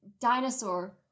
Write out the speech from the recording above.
dinosaur